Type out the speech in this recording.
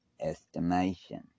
estimation